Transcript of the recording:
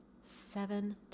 seven